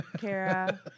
Kara